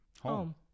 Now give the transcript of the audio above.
home